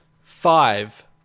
five